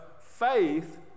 faith